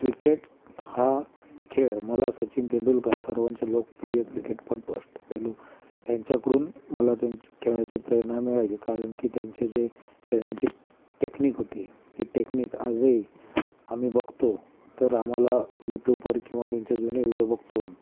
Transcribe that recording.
cricket हा खेळ मला सचिन तेंडुलकर सर्वांचे लोकप्रिय क्रिकेटपटू अष्टपैलू ह्यांच्याकडून मला त्यांची खेळायची प्रेरणा मिळाली कारण की त्यांचे जे खेळण्याची टेकनिक होती ती टेकनिक आजही आम्ही बघतो तर आम्हाला यू टूबवर किंवा त्यांचे जुने व्हिडो बघतो